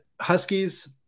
Huskies